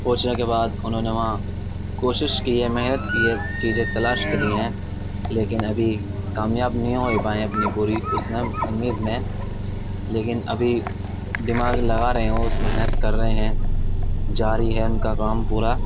پہنچنے کے بعد انہوں نے وہاں کوشش کی ہے محنت کی ہے چیزیں تلاش کری ہیں لیکن ابھی کامیاب نہیں ہو پائے ہیں اپنی پوری اس میں امید میں لیکن ابھی دماغ لگا رہے ہیں اس محنت کر رہے ہیں جاری ہے ان کا کام پورا